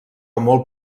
molt